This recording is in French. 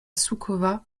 suková